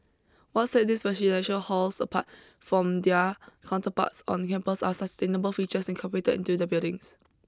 what sets these residential halls apart from their counterparts on campus are sustainable features incorporated into the buildings